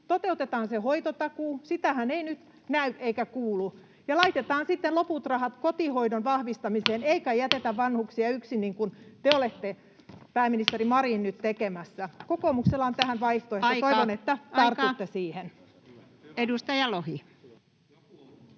Toteutetaan se hoitotakuu — sitähän ei nyt näy eikä kuulu — ja laitetaan sitten loput rahat kotihoidon vahvistamiseen eikä jätetä vanhuksia yksin, niin kuin te olette, pääministeri Marin, nyt tekemässä. Kokoomuksella on tähän vaihtoehto, [Puhemies: Aika!] toivon,